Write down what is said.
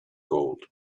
gold